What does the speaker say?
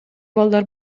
балдар